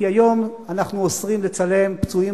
כי היום אנחנו אוסרים לצלם פצועים